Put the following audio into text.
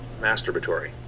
masturbatory